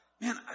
man